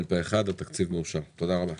הצבעה בעד, 3 נגד, אין נמנעים,